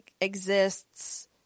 exists